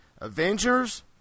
Avengers